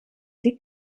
die